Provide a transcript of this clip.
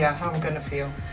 yeah how i'm gonna feel.